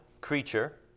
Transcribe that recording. creature